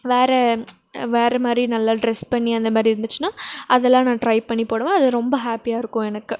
வேறு வேறு மாதிரி நல்லா டிரெஸ் பண்ணி அந்தமாரி இருந்துச்சினால் அதெல்லாம் நான் ட்ரை பண்ணி போடுவேன் அது ரொம்ப ஹாப்பியாக இருக்கும் எனக்கு